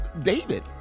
David